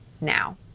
now